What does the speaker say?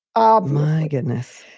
um my goodness.